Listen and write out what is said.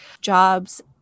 jobs